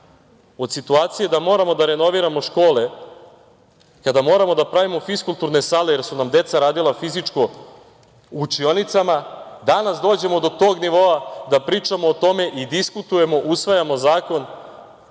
od situacije da moramo da renoviramo škole, kada moramo da pravimo fiskulturne sale, jer su nam deca radila fizičko u učionicama, danas dođemo do tog nivoa i pričamo o tome i diskutujemo, usvajamo zakon